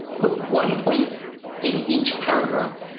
put one point in each paragraph.